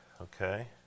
okay